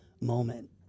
moment